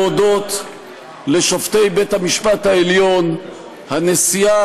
להודות לשופטי בית-המשפט העליון: הנשיאה,